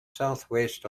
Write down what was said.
southwest